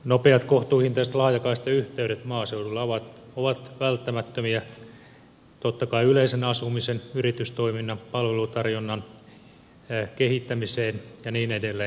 nopeat kohtuuhintaiset laajakaistayhteydet maaseudulla ovat välttämättömiä totta kai yleisen asumisen yritystoiminnan palvelutarjonnan kehittämiseen ja niin edelleen